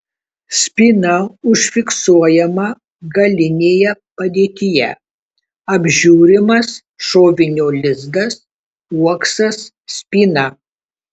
spyna užfiksuojama galinėje padėtyje apžiūrimas šovinio lizdas uoksas spyna